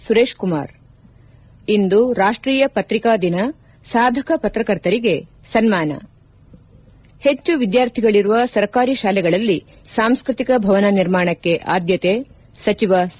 ಸುರೇಶ್ ಕುಮಾರ್ ಇಂದು ರಾಷ್ಟೀಯ ಪತ್ರಿಕಾ ದಿನ ಸಾಧಕ ಪತ್ರಕರ್ತರಿಗೆ ಸನ್ನಾನ ಹೆಚ್ಚು ವಿದ್ಯಾರ್ಥಿಗಳರುವ ಸರ್ಕಾರಿ ಶಾಲೆಗಳಲ್ಲಿ ಸಾಂಸ್ಕೃತಿಕ ಭವನ ನಿರ್ಮಾಣಕ್ಕೆ ಆದ್ಯತೆ ಸಚಿವ ಸಿ